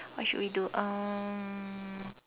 what should we do um